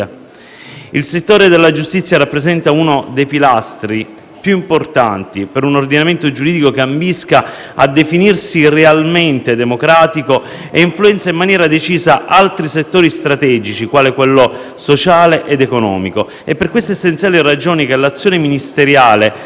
Il settore della giustizia rappresenta uno dei pilastri più importanti per un ordinamento giuridico che ambisca a definirsi realmente democratico, e influenza in maniera decisa altri settori strategici, quale quello sociale ed economico. È per queste essenziali ragioni che l'azione ministeriale